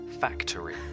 factory